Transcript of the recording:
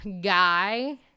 guy